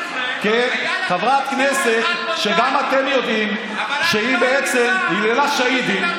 חברת כנסת שגם אתם יודעים שהיא בעצם היללה שהידים.